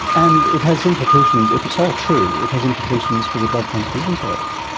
and it has implications, if it's all true, it has implications for the blood transfusion service.